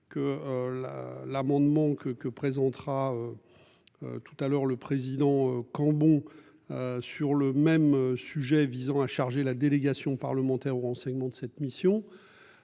la l'amendement que que présentera. Tout à l'heure le président Cambon. Sur le même sujet visant à charger la délégation parlementaire au renseignement de cette. Mission.